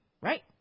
right